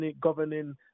governing